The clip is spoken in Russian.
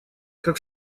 как